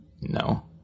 no